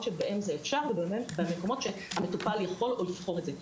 שבהם זה אפשר ובמקומות שהמטופל יכול או לבחור את זה,